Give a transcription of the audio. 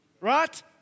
right